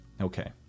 okay